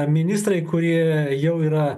ministrai kurie jau yra